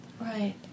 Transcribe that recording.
Right